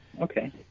Okay